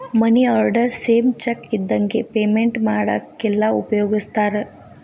ಮನಿ order same cheque ಇದ್ದಂಗೆ payment ಮಾಡಾಕೆಲ್ಲ ಉಪಯೋಗಿಸ್ತಾರ